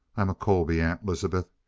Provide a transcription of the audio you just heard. i'm a colby, aunt elizabeth.